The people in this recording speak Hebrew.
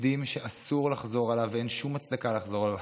תקדים שאסור לחזור עליו ואין שום הצדקה לחזור עליו.